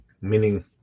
meaning